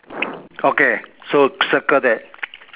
okay so circle that